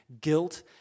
guilt